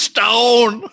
Stone